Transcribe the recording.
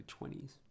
20s